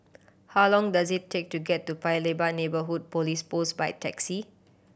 how long does it take to get to Paya Lebar Neighbourhood Police Post by taxi